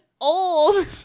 old